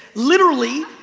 literally,